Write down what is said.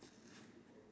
you have